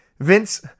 Vince